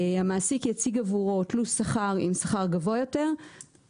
המעסיק יציג עבורו תלוש שכר עם שכר גבוה יותר,